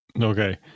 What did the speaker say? Okay